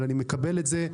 אבל אני מקבל את זה,